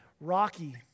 rocky